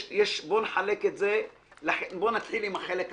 בוא נתחיל עם החלק הקל.